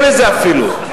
הוא היה גאה בזה, אפילו.